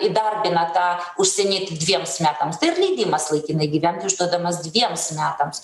įdarbina tą užsienietį dviems metams tai ir leidimas laikinai gyvent išduodamas dvejiems metams